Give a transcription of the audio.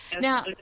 Now